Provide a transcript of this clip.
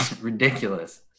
ridiculous